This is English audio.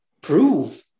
prove